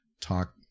talk